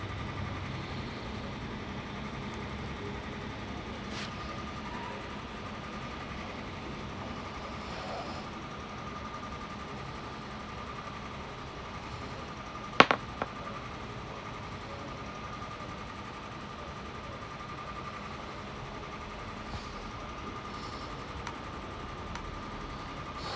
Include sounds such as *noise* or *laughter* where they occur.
*breath*